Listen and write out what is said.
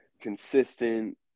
consistent